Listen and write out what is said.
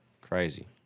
Crazy